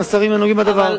עם השרים הנוגעים בדבר.